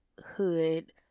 hood